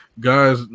Guys